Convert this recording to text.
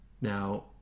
Now